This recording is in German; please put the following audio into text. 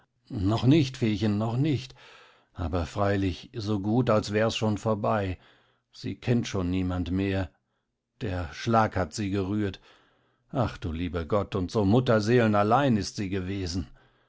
noch nicht feechen noch nicht aber freilich so gut als wär's schon vorbei sie kennt schon niemand mehr der schlag hat sie gerührt ach du lieber gott und so mutterseelenallein ist sie gewesen